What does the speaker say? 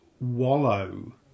wallow